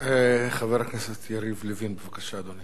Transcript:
חבר הכנסת יריב לוין, בבקשה, אדוני.